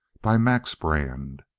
by max brand